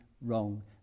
wrong